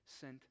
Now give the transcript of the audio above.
sent